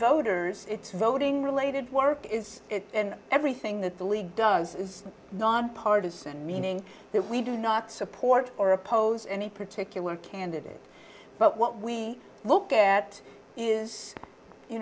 voters it's voting related work is it and everything that the league does is nonpartisan meaning that we do not support or oppose any particular candidate but what we look at is you